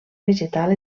vegetal